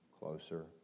closer